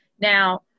Now